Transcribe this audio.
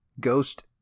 Ghost